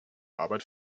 arbeit